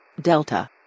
Delta